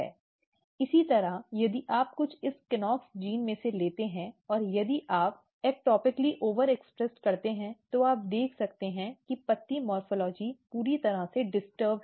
इसी तरह यदि आप कुछ इस KNOX जीन में से लेते हैं और यदि आप एक्टोपिक ओवर व्यक्त करते हैं तो आप देख सकते हैं कि पत्ती मॉर्फ़ॉलजी पूरी तरह से डिस्टर्ब है